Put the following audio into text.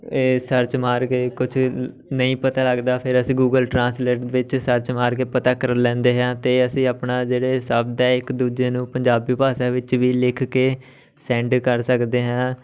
ਇਹ ਸਰਚ ਮਾਰ ਕੇ ਕੁਛ ਨਹੀਂ ਪਤਾ ਲੱਗਦਾ ਫਿਰ ਅਸੀਂ ਗੂਗਲ ਟਰਾਂਸਲੇਟ ਵਿੱਚ ਸਰਚ ਮਾਰ ਕੇ ਪਤਾ ਕਰ ਲੈਂਦੇ ਹਾਂ ਅਤੇ ਅਸੀਂ ਆਪਣਾ ਜਿਹੜੇ ਸਭ ਦਾ ਇੱਕ ਦੂਜੇ ਨੂੰ ਪੰਜਾਬੀ ਭਾਸ਼ਾ ਵਿੱਚ ਵੀ ਲਿਖ ਕੇ ਸੈਂਡ ਕਰ ਸਕਦੇ ਹਾਂ